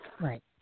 Right